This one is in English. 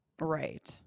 right